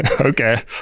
Okay